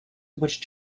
which